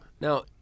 Now